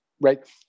right